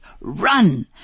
run